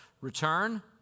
Return